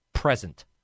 present